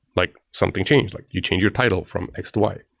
like something changed, like you changed your title from x to y.